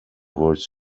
words